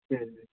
ঠিক আছে